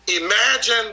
imagine